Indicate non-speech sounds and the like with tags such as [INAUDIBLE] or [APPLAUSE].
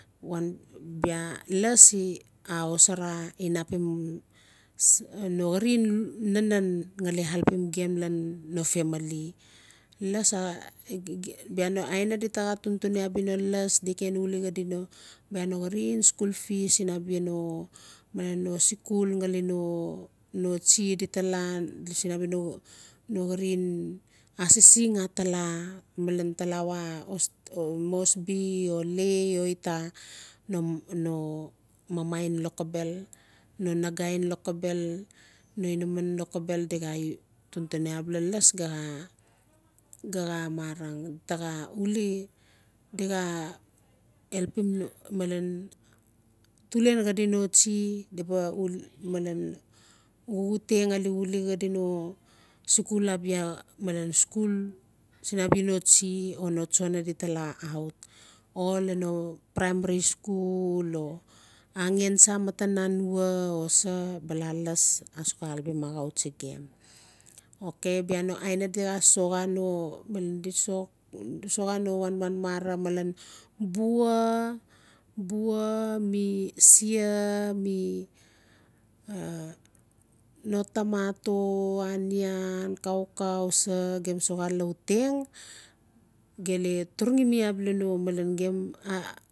Bia las axosara inapim [HESITATION] no garin nanan gali alpim gem lan no famli las [HESITATION] bia no aina di gaa tun-tuni abia no las di ken uuli abia no garin scul gee abia no sixul no-no tsi di taa laa sin no garin asisig atala malen talawa mosbi o lai o ita no-no mama gen loxobel no naga gen loxobel no inaman loxobel di gaa loxobel no naga gen loxobel [HESITATION] di xaa uuli di xaa alpim no [HESITATION] tulen xadi no tsi di baa [HESITATION] xuxute xali uuli xadi no sixul abia sxul abia no tsi o no tsaona bia di taa laa aut o no praimari sxul o agen tsa matan anwa o sa bala las asux alpim axau tsi gem okay bia no aina di xaa soxa no [HESITATION] wanwan mara malen bua-bua mi sai mi [HESITATION] no tomato anian kaukau sa gem soxa lauteg gem laa turugi mi abia no [HESITATION]